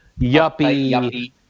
yuppie